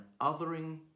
othering